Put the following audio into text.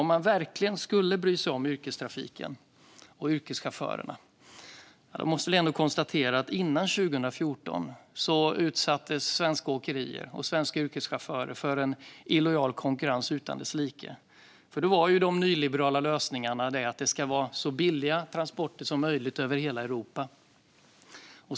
När det gäller att verkligen bry sig om yrkestrafiken och yrkeschaufförerna måste jag konstatera att före 2014 utsattes svenska åkerier och yrkeschaufförer för en illojal konkurrens utan dess like. De nyliberala lösningarna var att det ska vara så billiga transporter som möjligt över hela Europa.